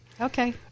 Okay